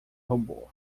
robô